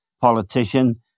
politician